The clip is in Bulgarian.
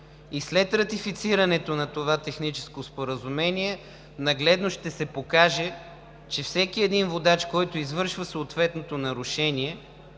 и след ратифицирането на това техническо споразумение нагледно ще се покаже, че всеки един водач, който извършва съответното нарушение,